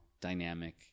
dynamic